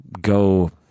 go